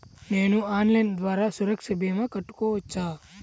నేను ఆన్లైన్ ద్వారా సురక్ష భీమా కట్టుకోవచ్చా?